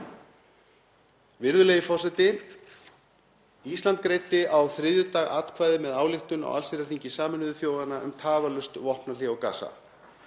Virðulegi forseti. Ísland greiddi á þriðjudag atkvæði með ályktun á allsherjarþingi Sameinuðu þjóðanna um tafarlaust vopnahlé á Gaza.